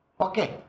Okay